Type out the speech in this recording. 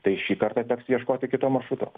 tai šį kartą teks ieškoti kito maršruto